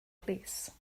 plîs